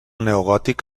neogòtic